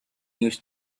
news